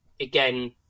Again